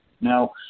Now